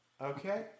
okay